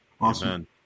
Awesome